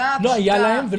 לא היה להם.